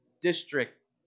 district